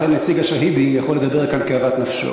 לכן נציג השהידים יכול לדבר כאן כאוות נפשו.